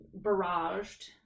barraged